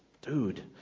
dude